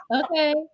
Okay